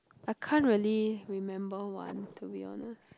I can't really remember one to be honest